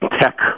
tech